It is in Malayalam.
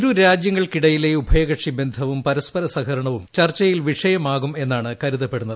ഇരുരാജ്യങ്ങൾക്കിടയിലെ ഉഭയകക്ഷി ബന്ധവും പരസ്പർ സഹകരണവും ചർച്ചയിൽ വിഷയമാകുമെന്നാണ് കരുതപ്പെടുന്നത്